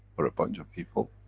or a bunch of people,